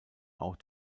auch